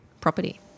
property